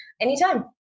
anytime